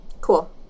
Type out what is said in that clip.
Cool